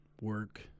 work